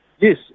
Yes